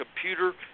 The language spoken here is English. computer